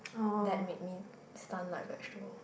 that make me stun like vegetable